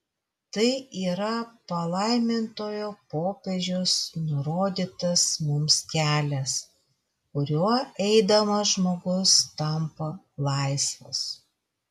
tai yra palaimintojo popiežiaus nurodytas mums kelias kuriuo eidamas žmogus tampa laisvas